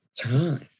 Time